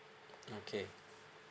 okay